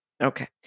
Okay